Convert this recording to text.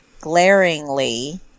glaringly